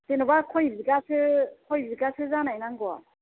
जेन'बा खय बिगासो खय बिगासो जानाय नांगौ